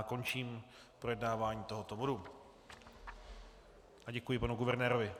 Končím projednávání tohoto bodu a děkuji panu guvernérovi.